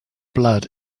blood